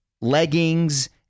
leggings